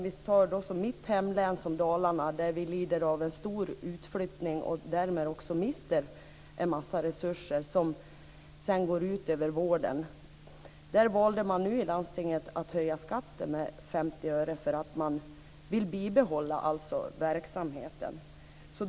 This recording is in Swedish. I mitt hemlän, Dalarna, lider vi av en stor utflyttning och mister därmed en massa resurser. Detta går sedan ut över vården. Där valde man nu i landstinget att höja skatten med 50 öre eftersom man ville bibehålla verksamheten.